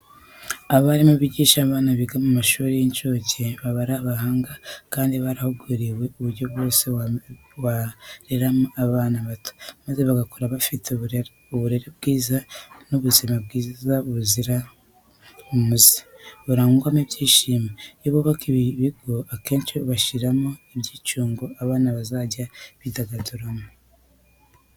Abarimu bigisha abana biga mu mashuri y'incuke baba ari abahanga kandi barahuguriwe uburyo bwose wareramo abana bato, maze bagakura bafite uburere bwiza n'ubuzima buzira umuze burangwamo ibyishimo. Iyo bubaka ibi bigo akenshi bashyiramo n'ibyicungo abana bazajya bidagaduriramo.